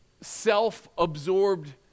self-absorbed